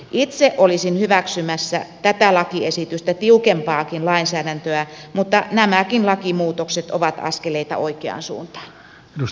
itse olisin hyväksymässä tätä lakiesitystä tiukempaakin lainsäädäntöä mutta nämäkin lakimuutokset ovat askeleita oikeaan suuntaan